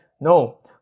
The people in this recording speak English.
No